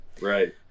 right